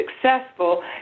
successful